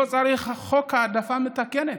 לא צריך חוק העדפה מתקנת,